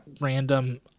random